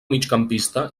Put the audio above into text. migcampista